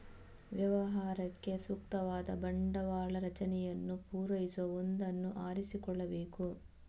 ವ್ಯವಹಾರಕ್ಕೆ ಸೂಕ್ತವಾದ ಬಂಡವಾಳ ರಚನೆಯನ್ನು ಪೂರೈಸುವ ಒಂದನ್ನು ಆರಿಸಿಕೊಳ್ಳಬೇಕು